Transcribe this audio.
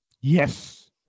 Yes